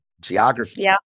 geography